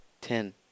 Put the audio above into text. Ten